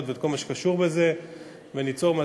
ודווקא היום הגיע לשיאו מה שניסו לייצר,